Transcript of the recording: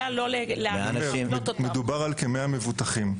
מדובר על כ-100 מבוטחים.